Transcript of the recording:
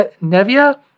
nevia